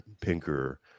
Pinker